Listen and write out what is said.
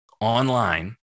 online